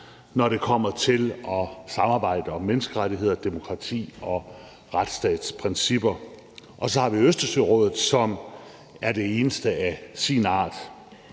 når det kommer til at samarbejde om menneskerettigheder, demokrati og retsstatsprincipper. Og så har vi Østersørådet, som er det eneste af sin art.